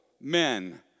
men